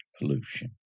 pollution